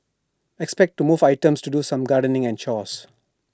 expect to move items to do some gardening and chores